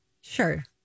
Sure